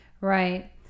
Right